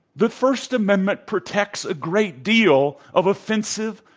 the first amendment protects a great deal of offensive,